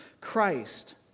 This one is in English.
Christ